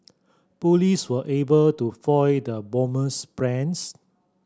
police were able to foil the bomber's plans